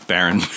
Baron